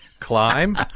climb